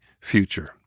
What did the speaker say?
future